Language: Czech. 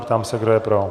Ptám se, kdo je pro.